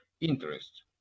interest